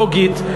לוגית,